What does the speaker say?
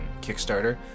kickstarter